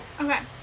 okay